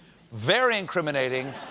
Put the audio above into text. very incriminating.